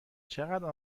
چقدر